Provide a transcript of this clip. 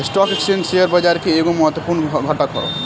stock exchange share बाजार के एगो महत्वपूर्ण घटक ह